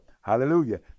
hallelujah